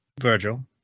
Virgil